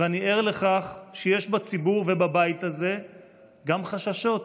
ואני ער לכך שיש בציבור ובבית הזה גם חששות.